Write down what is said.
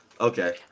Okay